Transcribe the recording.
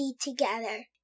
together